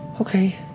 Okay